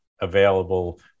available